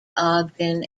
ogden